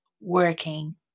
working